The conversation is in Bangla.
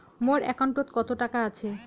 মোর একাউন্টত কত টাকা আছে?